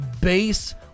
base